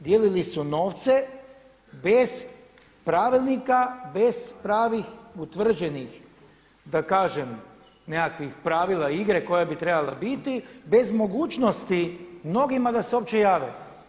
Dijelili su novce bez pravilnika, bez pravih utvrđenih da kažem nekakvih pravila igre koja bi trebala biti, bez mogućnosti mnogima da se uopće jave.